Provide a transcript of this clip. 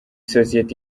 sosiyete